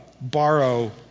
borrow